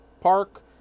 park